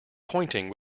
pointing